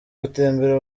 gutembera